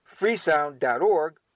Freesound.org